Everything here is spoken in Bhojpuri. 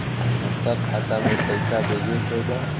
हमका खाता में पइसा भेजे के बा